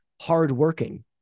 hardworking